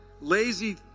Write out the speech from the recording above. lazy